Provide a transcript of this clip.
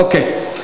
אוקיי.